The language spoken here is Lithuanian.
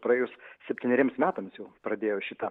praėjus septyneriems jau pradėjo šitą